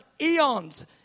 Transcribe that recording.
Eons